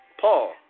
Paul